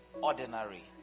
ordinary